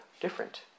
different